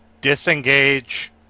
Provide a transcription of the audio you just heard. disengage